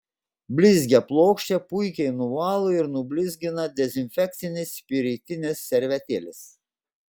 blizgią plokštę puikiai nuvalo ir nublizgina dezinfekcinės spiritinės servetėlės